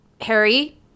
Harry